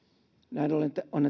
näin ollen on